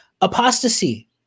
Apostasy